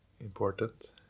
important